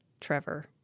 Trevor